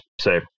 say